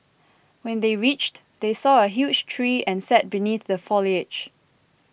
when they reached they saw a huge tree and sat beneath the foliage